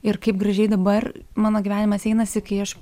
ir kaip gražiai dabar mano gyvenimas einasi kai aš